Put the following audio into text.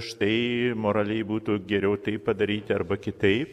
štai moraliai būtų geriau tai padaryti arba kitaip